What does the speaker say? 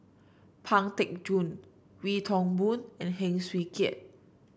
Pang Teck Joon Wee Toon Boon and Heng Swee Keat